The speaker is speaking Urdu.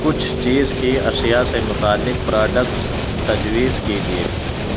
کچھ چیز کی اشیاء سے متعلق پراڈکٹس تجویز کیجئے